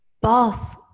boss